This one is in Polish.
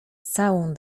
całą